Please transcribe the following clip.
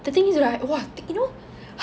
the thing is right !wah! you know h~